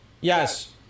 Yes